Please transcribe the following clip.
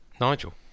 Nigel